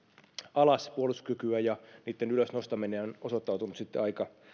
alas ja sen nostaminen ylös on osoittautunut sitten